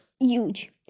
huge